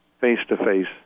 face-to-face